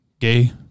Gay